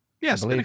yes